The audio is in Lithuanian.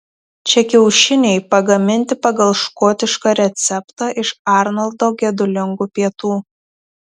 čia kiaušiniai pagaminti pagal škotišką receptą iš arnoldo gedulingų pietų